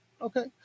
Okay